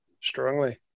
strongly